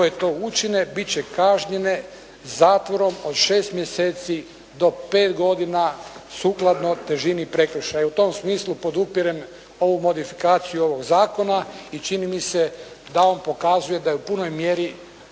koje to učine biti će kažnjene zatvorom od 6 mjeseci do 5 godina sukladno težini prekršaja. U tom smislu podupirem ovu modifikaciju ovoga zakona i čini mi se da on pokazuje da je u punoj mjeri